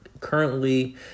currently